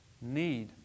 need